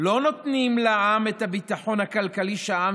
לא נותנים לעם את הביטחון הכלכלי שהעם